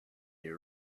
you